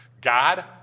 God